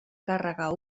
càrrega